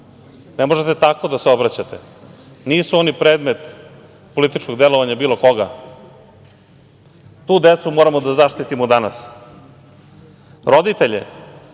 Ne možete tako da se obraćate. Nisu oni predmet političkog delovanja bilo koga. Tu decu moramo da zaštitimo danas. Roditelje,